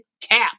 cap